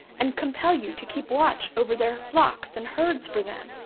and compel you to keep watch over their flocks and herds for them,